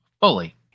Fully